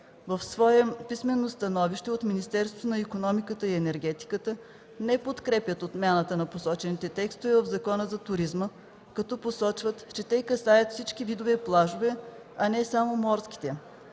В свое писмено становище от Министерството на икономиката и енергетиката не подкрепят отмяната на посочените текстове в Закона за туризма, като посочват че те касаят всички видове плажове, а не само морските,